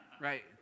right